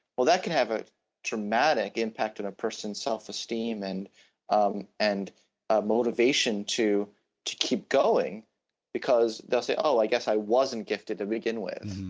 well that can have a traumatic impact on person's self-esteem and um and a motivation to to keep going because they'll say oh i guess i wasn't gifted to begin with,